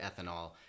ethanol